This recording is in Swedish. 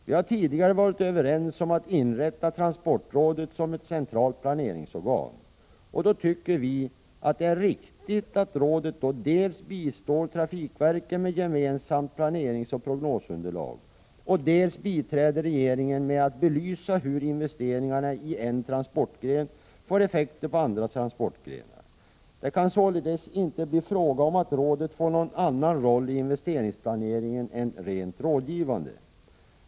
Vi har tidigare varit överens om att inrätta Transportrådet som ett centralt planeringsorgan, och då tycker jag att det är riktigt att rådet då dels bistår trafikverken med gemensamt planeringsoch prognosunderlag, dels biträder regeringen med att belysa hur investeringarna i en transportgren får effekter på andra transportgrenar. Det kan således inte bli fråga om att rådet får någon annan roll i investeringsplaneringen än en rent rådgivande.